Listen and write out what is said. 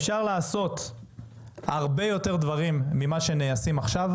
אפשר לעשות הרבה יותר דברים ממה שנעשה עכשיו,